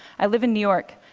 i live in new york,